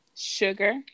Sugar